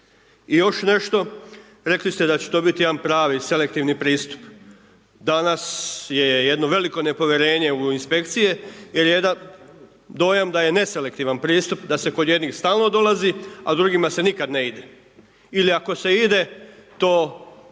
I još nešto, rekli ste da će to biti jedan pravi, selektivni pristup. Danas je jedno veliko nepovjerenje u inspekcije, jer jedan dojam da je neselektivan pristup, da se kod jednih stalno dolazi, a drugima se nikad ne ide. Ili ako se ide, to